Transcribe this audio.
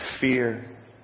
fear